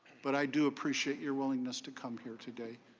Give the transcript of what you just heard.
but i do appreciate your willingness to come here today.